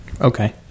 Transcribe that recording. Okay